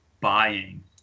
buying